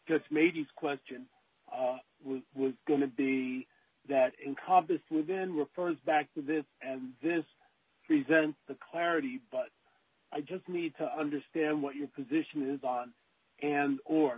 me question was going to be that incompetence within refers back to this and this present the clarity but i just need to understand what your position is on and or